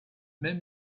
même